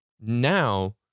now